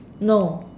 no